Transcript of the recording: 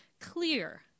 clear